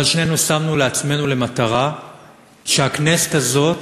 אבל שנינו שמנו לעצמנו למטרה שהכנסת הזאת